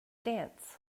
dance